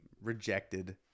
rejected